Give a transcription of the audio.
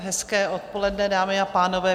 Hezké odpoledne, dámy a pánové.